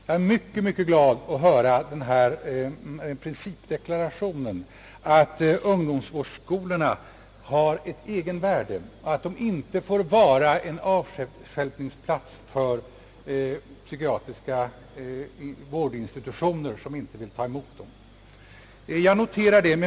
Jag är mycket glad över att höra principdeklarationen att ungdomsvårdsskolorna har ett egenvärde och att de alltså inte får vara en avstjälpningsplats för de ungdomar som psykiatriska vårdinstitutioner inte vill ta emot.